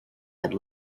had